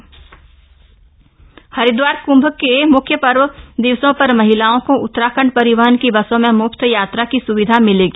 निशुल्क बस यात्रा हरिदवार कृंभ के मुख्य पर्व दिवसों पर महिलाओं को उतराखंड परिवहन की बसों में मुफ्त यात्रा की सुविधा मिलेगी